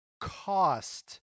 cost